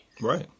Right